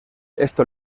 esto